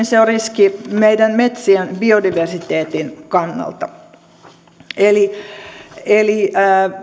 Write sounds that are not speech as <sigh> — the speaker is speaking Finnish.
<unintelligible> se on riski myöskin meidän metsien biodiversiteetin kannalta eli eli